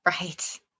Right